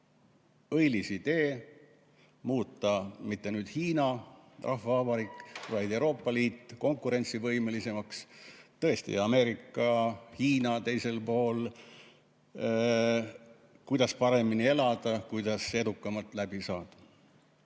Õilis idee muuta mitte nüüd Hiina Rahvavabariik, vaid Euroopa Liit konkurentsivõimelisemaks. Tõesti, Ameerika, Hiina teisel poolel. Kuidas paremini elada, kuidas edukamalt läbi saada?